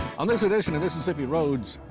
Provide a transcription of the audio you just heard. on this edition of mississippi roads,